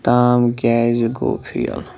تام کیٛازِ گوٚو فیل